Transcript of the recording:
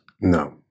No